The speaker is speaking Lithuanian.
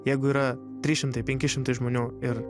jeigu yra trys šimtai penki šimtai žmonių ir